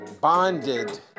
bonded